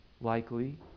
likely